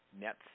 net